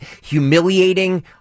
humiliating